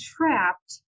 trapped